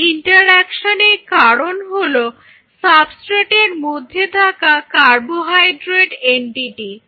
এই ইন্টারঅ্যাকশন এর কারণ হলো সাবস্ট্রেট এর মধ্যে থাকা কার্বোহাইড্রেট এন্টিটি